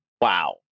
Wow